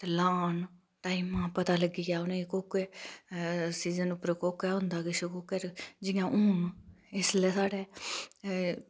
ते लान टाईमा दा पता लग्गी जा सीज़न उप्पर कोह्का होंदा किछ जियां हुन इसलै साढ़ै